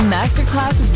Masterclass